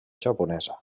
japonesa